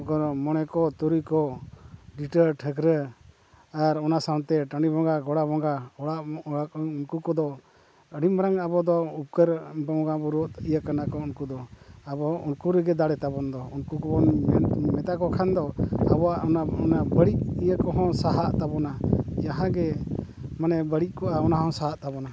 ᱢᱚᱬᱮ ᱠᱚ ᱛᱩᱨᱩᱭ ᱠᱚ ᱞᱤᱴᱟᱹ ᱴᱷᱟᱹᱠᱨᱟᱹᱱ ᱟᱨ ᱚᱱᱟ ᱥᱟᱶᱛᱮ ᱴᱟᱺᱰᱤ ᱵᱚᱸᱜᱟ ᱜᱚᱲᱟ ᱵᱚᱸᱜᱟ ᱚᱲᱟᱜ ᱩᱱᱠᱩ ᱠᱚᱫᱚ ᱟᱹᱰᱤ ᱢᱟᱨᱟᱝ ᱟᱵᱚ ᱫᱚ ᱩᱯᱠᱟᱹᱨ ᱵᱚᱸᱜᱟ ᱵᱩᱨᱩ ᱤᱭᱟᱹ ᱠᱟᱱᱟ ᱠᱚ ᱩᱱᱠᱩ ᱫᱚ ᱟᱵᱚ ᱩᱱᱠᱩ ᱨᱮᱜᱮ ᱫᱟᱲᱮ ᱛᱟᱵᱚᱱ ᱫᱚ ᱩᱱᱠᱩ ᱠᱚᱵᱚᱱ ᱢᱮᱛᱟ ᱠᱚ ᱠᱷᱟᱱ ᱫᱚ ᱟᱵᱚᱣᱟᱜ ᱚᱱᱟ ᱵᱟᱹᱲᱤᱡ ᱤᱭᱟᱹ ᱠᱚᱦᱚᱸ ᱥᱟᱦᱟᱜ ᱛᱟᱵᱚᱱᱟ ᱡᱟᱦᱟᱸ ᱜᱮ ᱢᱟᱱᱮ ᱵᱟᱹᱲᱤᱡ ᱠᱚᱜᱼᱟ ᱚᱱᱟ ᱦᱚᱸ ᱥᱟᱦᱟᱜ ᱛᱟᱵᱚᱱᱟ